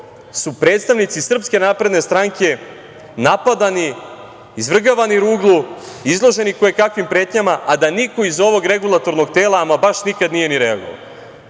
su predstavnici SNS-a napadani, izvrgavani ruglu, izloženi kojekakvim pretnjama, a da niko iz ovog regulatornog tela ama baš nikad nije ni reagovao.